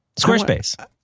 Squarespace